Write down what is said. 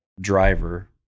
driver